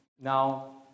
now